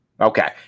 Okay